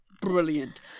brilliant